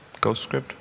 Ghostscript